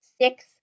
six